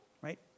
right